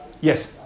Yes